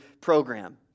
program